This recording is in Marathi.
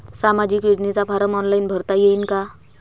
सामाजिक योजनेचा फारम ऑनलाईन भरता येईन का?